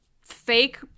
fake